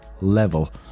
level